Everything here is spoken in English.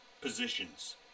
positions